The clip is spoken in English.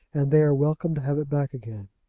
and they are welcome to have it back again.